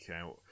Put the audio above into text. out